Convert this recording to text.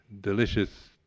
delicious